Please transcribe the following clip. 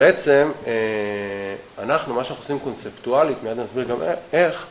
בעצם, אנחנו, מה שאנחנו עושים קונספטואלית, מיד נסביר גם איך.